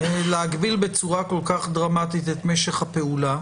להגביל בצורה כל כך דרמטית את משך הפעולה?